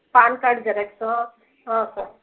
PAN card xerox ಹಾಂ sir